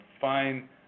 fine